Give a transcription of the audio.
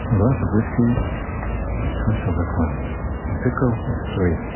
lots of whiskey is two silver coins and pickle is three.